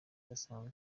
idasanzwe